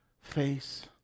face